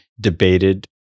debated